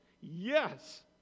yes